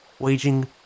waging